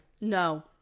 No